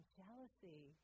jealousy